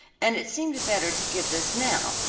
and it seemed better to give this now,